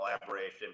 collaboration